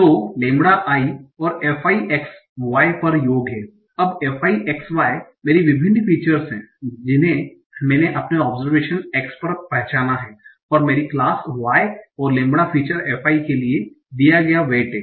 तो lambda i और f i x y पर योग हैं अब f i x y मेरी विभिन्न फीचर्स हैं जिन्हें मैंने अपने ओब्सेर्वेशन x पर पहचाना है और मेरी क्लास y और लैम्ब्डा फीचर fi के लिए दिया गया वैट है